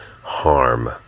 harm